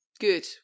Good